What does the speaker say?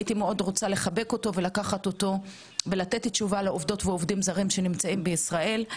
הייתי רוצה לחבק אותו ולקחת אותו לעובדות ועובדים זרים שנמצאים בישראל.